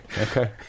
okay